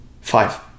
Five